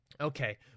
Okay